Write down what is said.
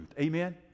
Amen